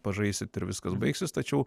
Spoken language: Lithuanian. pažaisit ir viskas baigsis tačiau